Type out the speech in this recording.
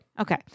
Okay